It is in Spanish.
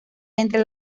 entre